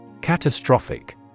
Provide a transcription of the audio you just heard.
Catastrophic